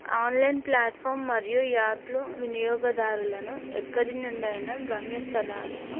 online platform మరియు యాప్లు వినియోగదారులను ఎక్కడి నుండైనా గమ్యస్థలాలను